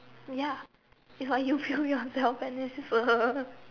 ya it's like you feel yourself and it's a